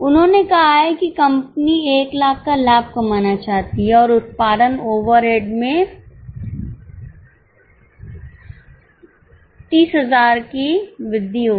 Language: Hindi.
उन्होंने कहा है कि कंपनी १००००० का लाभ कमाना चाहती है और उत्पादन ओवरहेड में ३०००० की वृद्धि होगी